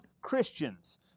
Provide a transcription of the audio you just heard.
Christians